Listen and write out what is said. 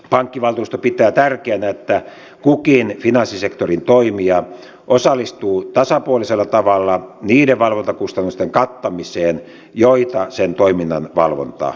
pankkivaltuusto pitää tärkeänä että kukin finanssisektorin toimija osallistuu tasapuolisella tavalla niiden valvontakustannusten kattamiseen joita sen toiminnan valvonta edellyttää